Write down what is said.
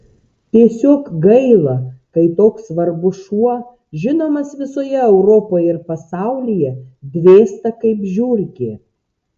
tiesiog gaila kai toks svarbus šuo žinomas visoje europoje ir pasaulyje dvėsta kaip žiurkė